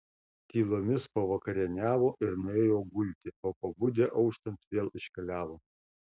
tylomis pavakarieniavo ir nuėjo gulti o pabudę auštant vėl iškeliavo